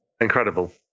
Incredible